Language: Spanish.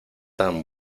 tan